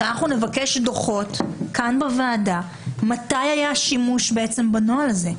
כאן בוועדה אנחנו נבקש דוחות שיאמרו לנו מתי היה שימוש בנוהל הזה.